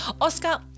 Oscar